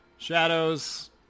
Shadows